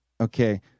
Okay